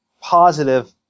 positive